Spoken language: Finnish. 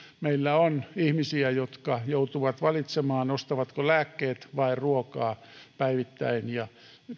meillä on ihmisiä jotka joutuvat valitsemaan ostavatko lääkkeet vai ruokaa päivittäin ja